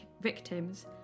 victims